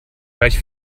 gleich